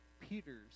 Peter's